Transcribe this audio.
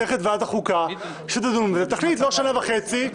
צריך את ועדת החוקה שתדון בזה ותחליט לא שנה וחצי,